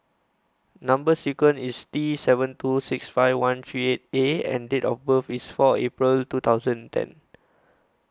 Number sequence IS T seven two six five one three eight A and Date of birth IS four April two thousand and ten